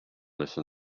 listen